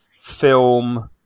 film